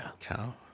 Cow